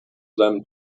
seinem